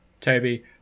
Toby